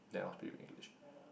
they all speak good English